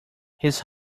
his